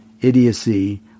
idiocy